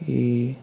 ఈ